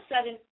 sudden